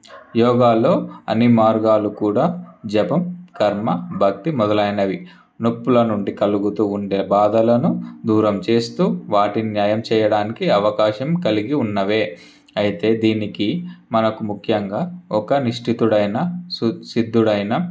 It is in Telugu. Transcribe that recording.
యోగాలో అన్నీ మార్గాలు కూడా జపం కర్మ భక్తి మొదలైనవి నొప్పుల నుండి కలుగుతూ ఉండే బాధలను దూరం చేస్తూ వాటిని న్యాయం చేయడానికి అవకాశం కలిగి ఉన్నవే అయితే దీనికి మనకు ముఖ్యంగా ఒక నిష్టితుడైన సు సిద్ధుడైన